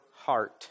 heart